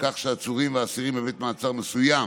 כך שהעצורים והאסירים בבית מעצר מסוים